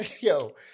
Yo